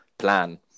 plan